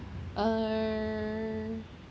err